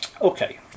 Okay